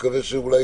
אולי